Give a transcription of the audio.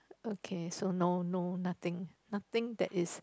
okay so no no nothing nothing that is